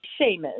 Seamus